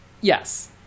Yes